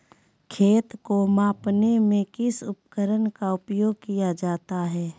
खेत को मापने में किस उपकरण का उपयोग किया जाता है?